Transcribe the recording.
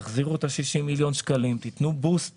תחזירו את ה-60 מיליון שקלים, תנו בוסט